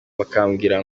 bakambwira